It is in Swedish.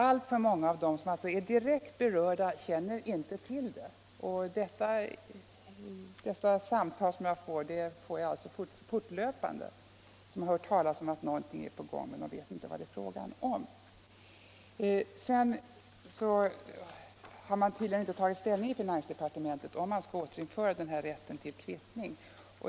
Alltför många av dem som är direkt berörda känner inte till nyheterna i lagstiftningen, och jag blir fortlöpande uppringd av människor som har hört talas om att någonting är på gång, men de vet inte vad det är fråga om. Tydligen har man i finansdepartementet inte tagit ställning till om man skall återinföra rätten till kvittning.